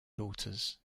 daughters